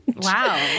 Wow